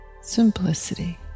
simplicity